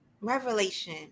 Revelation